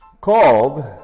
called